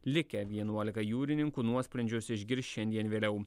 likę vienuolika jūrininkų nuosprendžius išgirs šiandien vėliau